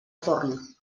forn